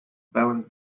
balance